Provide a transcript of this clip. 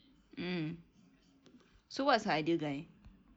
um so what's her ideal guy